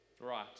Right